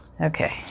okay